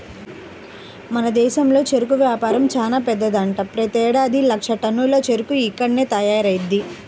మన దేశంలో చెరుకు వ్యాపారం చానా పెద్దదంట, ప్రతేడాది లక్షల టన్నుల చెరుకు ఇక్కడ్నే తయారయ్యిద్ది